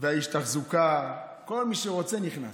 איש התחזוקה, כל מי שרוצה נכנס.